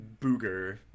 Booger